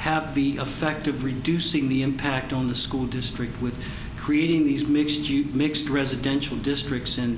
have the effect of reducing the impact on the school district with creating these mixed you mixed residential districts and